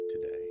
today